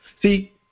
See